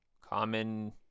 common